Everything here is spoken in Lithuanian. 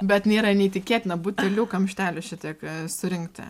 bet nėra neįtikėtina butelių kamštelių šitiek surinkta